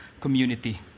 community